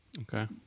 okay